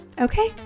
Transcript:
Okay